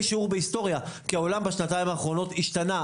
שיעור בהיסטוריה כי העולם בשנתיים האחרונות השתנה,